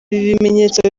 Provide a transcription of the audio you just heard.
ibimenyetso